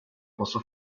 posso